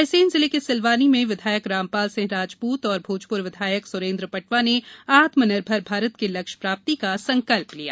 रायसेन जिले के सिलवानी में विधायक रामपाल सिंह राजपूत तो भोजपुर विधायक सुरेन्द्र पटवा ने आत्मनिर्भर भारत के लक्ष्य प्राप्ति का संकल्प लिया